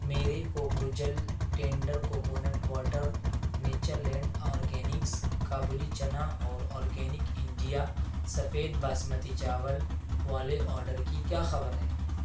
میرے کوکوجل tender coconut water Nature Land Organics kabuli chana اور آرگینک انڈیا سفید باسمتی چاول والے آڈر کی کیا خبر ہے